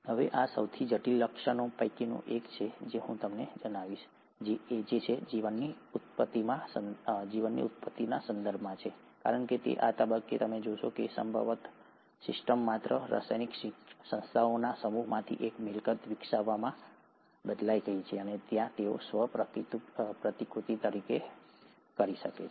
હવે આ સૌથી જટિલ લક્ષણો પૈકીનું એક છે હું કહીશ જીવનની ઉત્પત્તિના સંદર્ભમાં કારણ કે તે આ તબક્કે તમે જોશો કે સંભવતઃ સિસ્ટમ માત્ર રાસાયણિક સંસ્થાઓના સમૂહમાંથી એક મિલકત વિકસાવવામાં બદલાઈ ગઈ છે જ્યાં તેઓ સ્વ પ્રતિકૃતિ કરી શકે છે